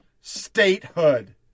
statehood